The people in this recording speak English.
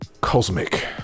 Cosmic